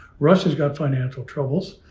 russia's got financial troubles.